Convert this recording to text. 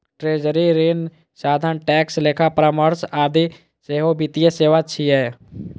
treasury, ऋण साधन, tax, लेखा परामर्श आदि सेहो वित्तीय सेवा छियै